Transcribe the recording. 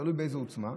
תלוי באיזה עוצמה,